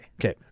Okay